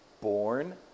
born